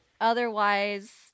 otherwise